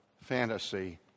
fantasy